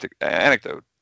anecdote